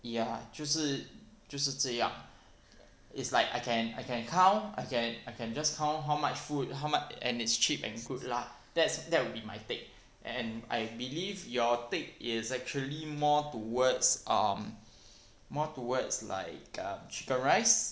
ya 就是就是这样 it's like I can I can count I can I can just count how much food how mu~ and it's cheap and good lah that's that would be my take and I believe your take is actually more towards um more towards like um chicken rice